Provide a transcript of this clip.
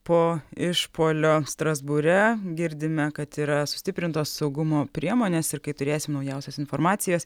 po išpuolio strasbūre girdime kad yra sustiprintos saugumo priemonės ir kai turėsim naujausios informacijos